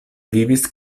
vivis